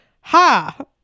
Ha